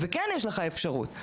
וכן יש לך אפשרות.